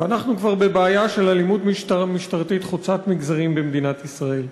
ואנחנו כבר בבעיה של אלימות משטרתית חוצה מגזרים במדינת ישראל.